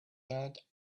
that